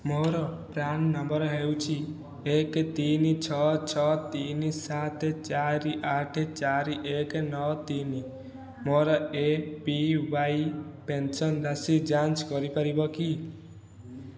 ମୋର PRAN number ହେଉଛି ଏକ ତିନି ଛଅ ଛଅ ତିନି ସାତ ଚାରି ଆଠ ଚାରି ଏକ ନଅ ତିନି ମୋର ଏପିୱାଇ ପେନ୍ସନ୍ ରାଶି ଯାଞ୍ଚ କରିପାରିବ କି